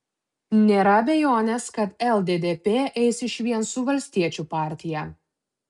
nėra abejonės kad lddp eis išvien su valstiečių partija